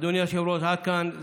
אדוני היושב-ראש, עד כאן.